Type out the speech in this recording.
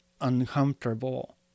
uncomfortable